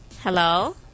Hello